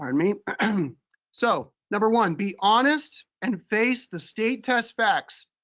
i mean so, number one, be honest and face the state test facts.